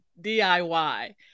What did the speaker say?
DIY